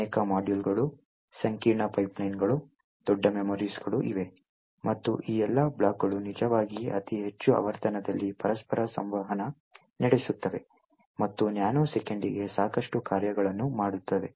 ಅನೇಕ ಮಾಡ್ಯೂಲ್ಗಳು ಸಂಕೀರ್ಣ ಪೈಪ್ಲೈನ್ಗಳು ದೊಡ್ಡ ಮೆಮರೀಸ್ಗಳು ಇವೆ ಮತ್ತು ಈ ಎಲ್ಲಾ ಬ್ಲಾಕ್ಗಳು ನಿಜವಾಗಿ ಅತಿ ಹೆಚ್ಚು ಆವರ್ತನದಲ್ಲಿ ಪರಸ್ಪರ ಸಂವಹನ ನಡೆಸುತ್ತವೆ ಮತ್ತು ನ್ಯಾನೋ ಸೆಕೆಂಡಿಗೆ ಸಾಕಷ್ಟು ಕಾರ್ಯಾಚರಣೆಗಳನ್ನು ಮಾಡುತ್ತವೆ